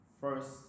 first